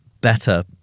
better